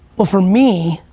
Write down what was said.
well for me,